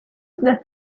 that